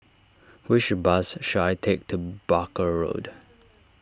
which bus should I take to Barker Road